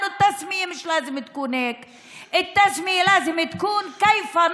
מי שמנסה להגיד שהחוק הזה בא מעשית לתת חשמל